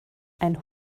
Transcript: ein